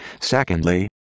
secondly